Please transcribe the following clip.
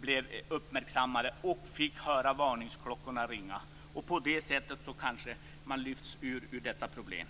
blev uppmärksammade och fick höra varningsklockorna ringa. På det sättet kanske de lyfts ur detta problem.